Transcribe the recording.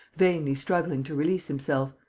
vainly struggling to release himself.